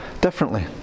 differently